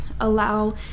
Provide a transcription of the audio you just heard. allow